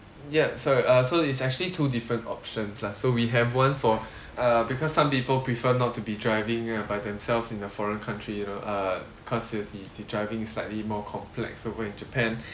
ya so uh so it's actually two different options lah so we have one for uh because some people prefer not to be driving ya by themselves in a foreign country you know uh cause the the driving is slightly more complex over in japan